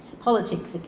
Politics